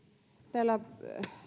täällä